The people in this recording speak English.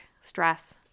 stress